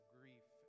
grief